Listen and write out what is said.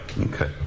okay